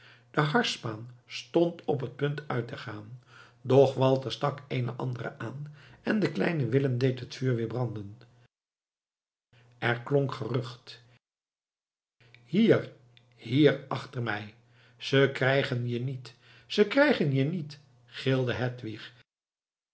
de harsspaan stond op het punt uit te gaan doch walter stak eene andere aan en de kleine willem deed het vuur weer branden er klonk gerucht hier hier achter mij ze krijgen je niet ze krijgen je niet gilde hedwig